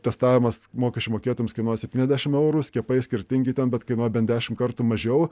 testavimas mokesčių mokėtojams kainuoja septyniasdešimt eurų skiepai skirtingi ten bet kainuoja bent dešimt kartų mažiau